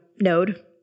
Node